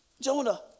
Jonah